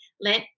Let